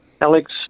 Alex